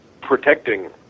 protecting